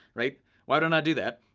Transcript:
like why don't i do that?